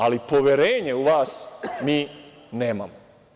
Ali, poverenje u vas mi nemamo.